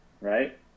right